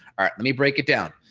ah let me break it down.